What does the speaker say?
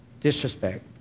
disrespect